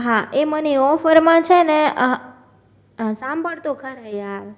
હા એ મને ઓફરમાં છે ને સાંભળ તો ખરા યાર